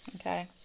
okay